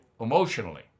emotionally